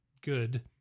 good